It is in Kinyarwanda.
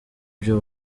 byo